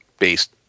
based